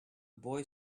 boy